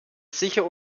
sicher